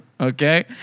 okay